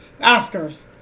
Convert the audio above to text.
Oscars